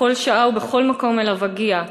בכל שעה ובכל מקום שאליו אגיע,